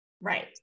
right